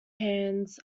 hands